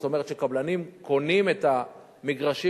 זאת אומרת שקבלנים קונים את המגרשים,